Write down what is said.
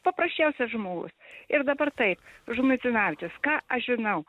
paprasčiausias žmogus ir dabar taip žmuidzinavičius ką aš žinau